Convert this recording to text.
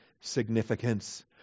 significance